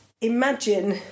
Imagine